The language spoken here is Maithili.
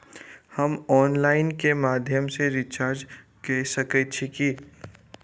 हम ऑनलाइन केँ माध्यम सँ रिचार्ज कऽ सकैत छी की?